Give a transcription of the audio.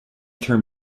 term